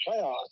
playoffs